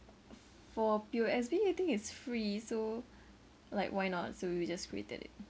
for P_O_S_B I think it's free so like why not so we just created it